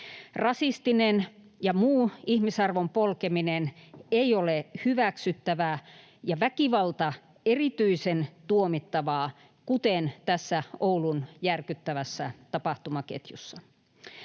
Rasistinen ja muu ihmisarvon polkeminen ei ole hyväksyttävää, ja väkivalta on erityisen tuomittavaa, kuten tässä Oulun järkyttävässä tapahtumaketjussa.